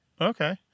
Okay